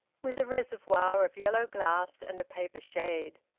with a reservoir of yellow glass and a paper shade.